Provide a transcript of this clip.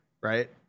right